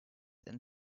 and